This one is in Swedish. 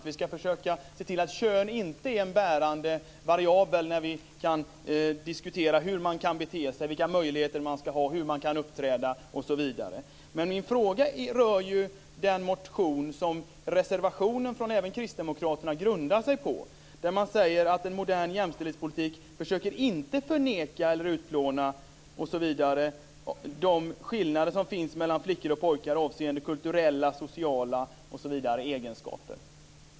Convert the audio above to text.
Vi ska försöka se till att kön inte är en bärande variabel när vi diskuterar hur man kan bete sig, vilka möjligheter man ska ha, hur man kan uppträda osv. Men min fråga rör den motion som reservationen från även kristdemokraterna grundar sig på, där man säger att en modern jämställdhetspolitik inte försöker förneka eller utplåna de skillnader som finns mellan flickor och pojkar avseende kulturella och sociala egenskaper.